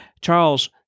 Charles